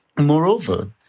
Moreover